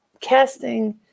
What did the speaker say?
casting